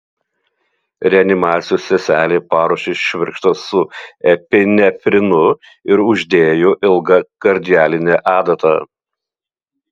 reanimacijos seselė paruošė švirkštą su epinefrinu ir uždėjo ilgą kardialinę adatą